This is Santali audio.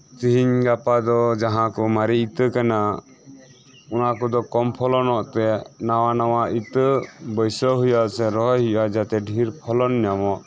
ᱛᱤᱦᱤᱧ ᱜᱟᱯᱟᱫᱚ ᱡᱟᱦᱟᱸᱠᱩ ᱢᱟᱨᱮ ᱤᱛᱟᱹ ᱠᱟᱱᱟ ᱚᱱᱟᱠᱚᱫᱚ ᱠᱚᱢ ᱯᱷᱚᱞᱚᱱ ᱚᱠᱛᱮ ᱱᱟᱣᱟ ᱱᱟᱣᱟ ᱤᱛᱟᱹ ᱵᱟᱹᱭᱥᱟᱹᱣ ᱦᱩᱭᱩᱜᱼᱟ ᱡᱟᱛᱮ ᱰᱷᱤᱨ ᱯᱷᱚᱞᱚᱱ ᱧᱟᱢᱚᱜ